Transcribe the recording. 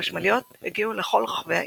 וחשמליות הגיעו לכל רחבי העיר.